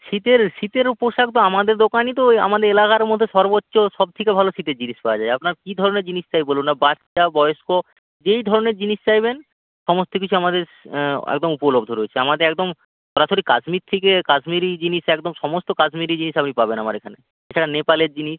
শীতের শীতেরও পোশাক তো আমাদের দোকানই তো আমাদের এলাকার মধ্যে সব্বোর্চ সবথেকে ভালো শীতের জিনিস পাওয়া যায় আপনার কী ধরনের জিনিস চাই বলুন না বাচ্চা বয়স্ক যেই ধরনের জিনিস চাইবেন সমস্ত কিছু আমাদের একদম উপলব্ধ রয়েছে আমাদের একদম সরাসরি কাশ্মীর থেকে কাশ্মীরি জিনিস একদম সমস্ত কাশ্মীরি জিনিস আপনি পাবেন আমার এখানে এছাড়া নেপালের জিনিস